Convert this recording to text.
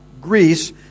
Greece